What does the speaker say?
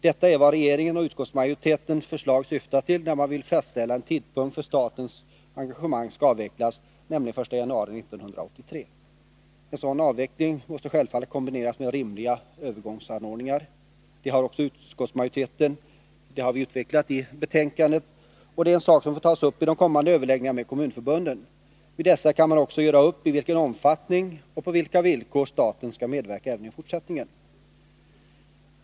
Detta är vad regeringens och utskottsmajoritetens förslag syftar till, när man vill fastställa en tidpunkt för när statens engagemang skall avvecklas, nämligen den 1 januari 1983. En sådan avveckling måste självfallet kombineras med rimliga övergångsanordningar. Detta har utskottsmajoriteten utvecklat i betänkandet, och det är en sak som får tas upp vid kommande överläggningar med kommunförbunden. Vid dessa kan man också göra upp i vilken omfattning och på vilka villkor staten skall medverka även i fortsättningen.